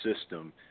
system